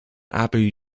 abu